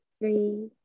three